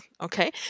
okay